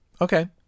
Okay